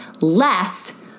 less